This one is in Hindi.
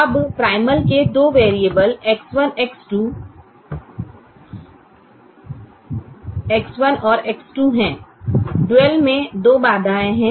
अब प्राइमल के दो वैरिएबल X1 और X2 हैं ड्यूल में दो बाधाएं हैं